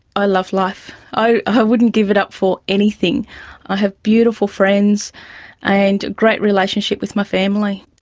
i love life. i i wouldn't give it up for anything. i have beautiful friends and a great relationship with my family.